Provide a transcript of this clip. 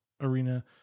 arena